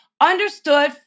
understood